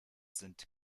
sind